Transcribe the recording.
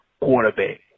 quarterback